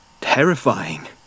Terrifying